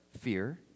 fear